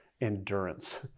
endurance